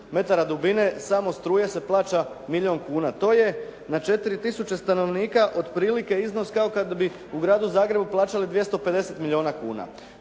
metara dubine samo struje se plaća milijun kuna. To je na 4 tisuće stanovnika otprilike iznos kao kada bi u gradu Zagrebu plaćali 250 milijuna kuna.